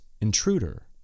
intruder